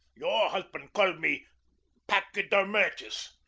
your husband called me pachydermatous.